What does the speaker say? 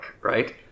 right